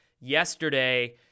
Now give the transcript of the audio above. yesterday